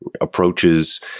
approaches